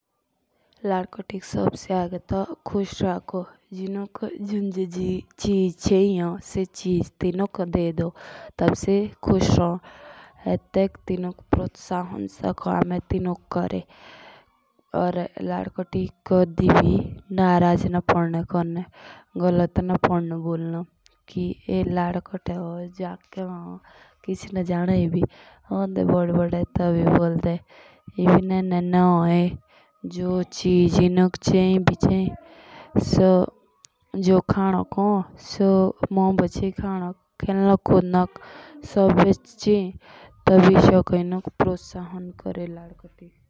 लाडकोटिक तो सबसे उम्र तो खुश राखो टेटके खराब तेनुक लो चेयी सो पोडनो दिलानो टीबी से खुश रोहन एतेक तेनुक परोत्शान शोक मिली। लडकोटिक कदी नारग न कोरी।